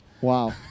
wow